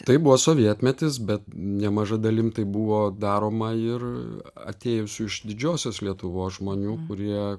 taip buvo sovietmetis bet nemaža dalim tai buvo daroma ir atėjusių iš didžiosios lietuvos žmonių kurie